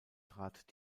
trat